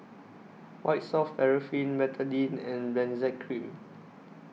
White Soft Paraffin Betadine and Benzac Cream